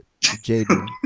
Jaden